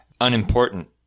unimportant